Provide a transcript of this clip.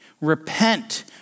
Repent